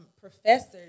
professors